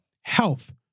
HEALTH